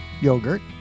yogurt